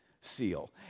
seal